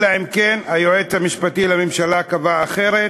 אלא אם כן היועץ המשפטי לממשלה קבע אחרת,